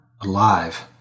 alive